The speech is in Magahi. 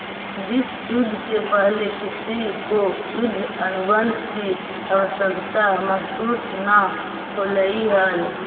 विश्व युद्ध से पहले किसी को युद्ध अनुबंध की आवश्यकता महसूस न होलई हल